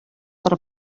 per